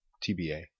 tba